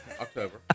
October